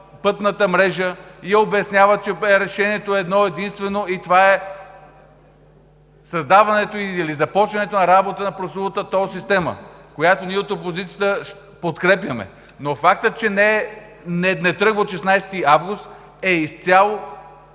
пътната мрежа обяснява, че решението е едно единствено и това е създаването, започването на работа на прословутата тол система, която ние от опозицията подкрепяме. Но фактът, че не тръгва от 16 август, е изцяло